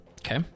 Okay